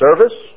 service